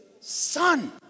son